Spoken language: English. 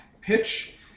pitch